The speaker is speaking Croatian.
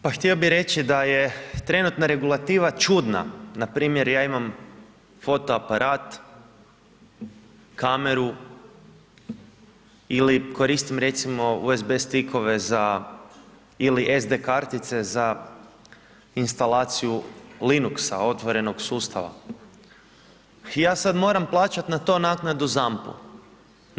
Pa htio bih reći da je trenutna regulativa čudna, npr. ja imam foto aparat, kameru ili koristim recimo USB stikove za ili SD kartice za instalaciju Linuxa, otvorenog sustava i ja sad moram plaćati na to naknadu ZAMP-u.